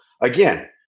again